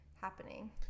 happening